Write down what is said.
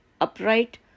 upright